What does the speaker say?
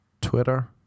Twitter